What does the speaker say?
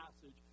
passage